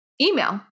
email